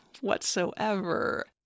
whatsoever